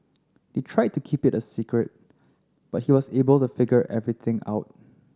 they tried to keep it a secret but he was able to figure everything out